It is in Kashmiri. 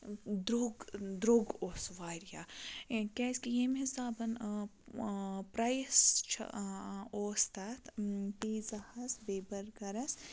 درٛوٚگ درٛوٚگ اوس واریاہ کیازکہِ ییٚمہِ حِسابَن پرٛایِس چھُ اوس تَتھ پیٖزاہَس بیٚیہِ بٔرگَرَس